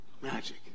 magic